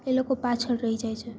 એ લોકો પાછળ રહી જાય છે